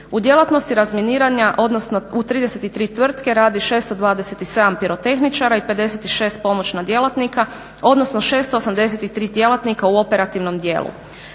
U djelatnosti razminiranja odnosno u 33 tvrtke radi 627 pirotehničara i 56 pomoćna djelatnika, odnosno 683 djelatnika u operativnom dijelu.